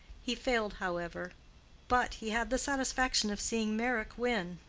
he failed, however but he had the satisfaction of seeing meyrick win.